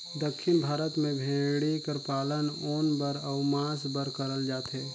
दक्खिन भारत में भेंड़ी कर पालन ऊन बर अउ मांस बर करल जाथे